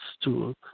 stool